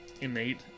innate